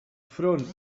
front